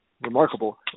remarkable